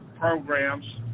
programs